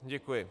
Děkuji.